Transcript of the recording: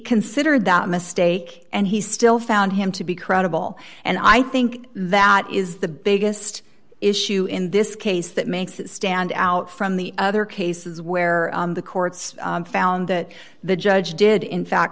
considered that mistake and he still found him to be credible and i think that is the biggest issue in this case that makes it stand out from the other cases where the courts found that the judge did in fact